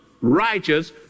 righteous